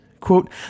Quote